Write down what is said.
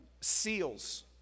seals